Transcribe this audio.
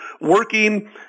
working